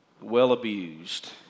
well-abused